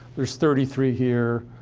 there's thirty three here.